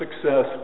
success